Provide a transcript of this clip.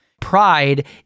pride